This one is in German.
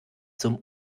zum